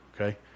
okay